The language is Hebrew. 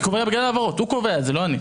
העיכוב היה בגלל ההעברות, הוא קובע את זה, לא אני.